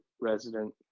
resident